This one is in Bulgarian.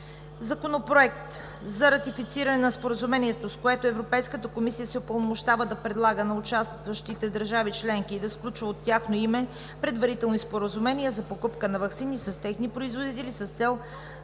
Законопроект за ратифициране на Споразумението, с което Европейската комисия се упълномощава да предлага на участващите държави членки и да сключва от тяхно име предварителни споразумения за покупка на ваксини с техни производители с цел